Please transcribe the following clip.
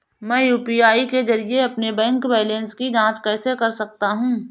मैं यू.पी.आई के जरिए अपने बैंक बैलेंस की जाँच कैसे कर सकता हूँ?